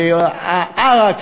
והעראק,